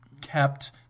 kept